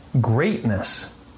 Greatness